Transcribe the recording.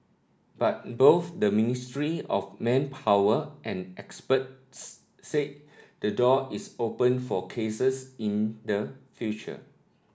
but both the Ministry of Manpower and experts say the door is open for cases in the future